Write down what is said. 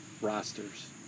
rosters